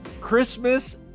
Christmas